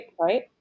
right